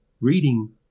reading